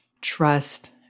Trust